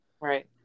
Right